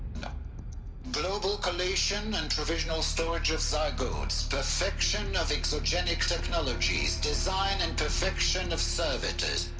no global collation and provisional storage of zygotes. perfection of exogenic technologies, design and perfection of servitors.